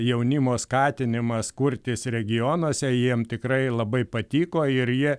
jaunimo skatinimas kurtis regionuose jiem tikrai labai patiko ir jie